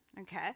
okay